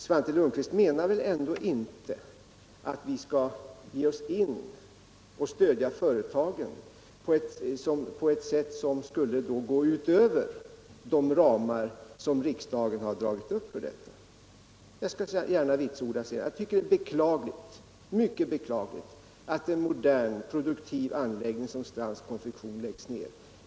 Svante Lundkvist menar väl ändå inte att vi skall ge oss in och stödja företagen på ett sätt som skulle gå utöver de ramar som riksdagen har dragit upp? Jag skall gärna vitsorda att jag tycker det är mycket beklagligt att en modern, produktiv anläggning som Strands Konfektion läggs ner.